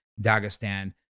Dagestan